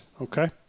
Okay